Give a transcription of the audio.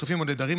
חטופים או נעדרים,